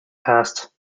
past